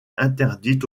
interdite